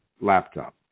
laptop